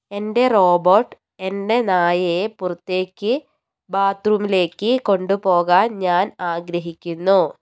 എന്റെ റോബോട്ട് എന്റെ നായയെ പുറത്തേക്ക് ബാത്ത്റൂമിലേക്ക് കൊണ്ടുപോകാൻ ഞാൻ ആഗ്രഹിക്കുന്നു